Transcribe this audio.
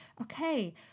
okay